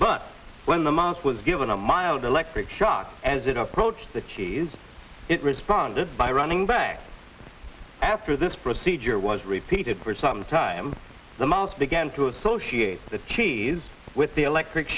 but when the mouse was given a mild electric shock as it approached the cheese it responded by running back after this procedure was repeated for some time the mouse began to associate the cheese with the electric